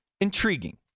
intriguing